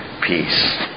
peace